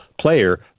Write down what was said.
player